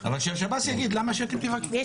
אבל שהשב”ס יגיד, למה שאתם תבקשו.